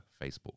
Facebook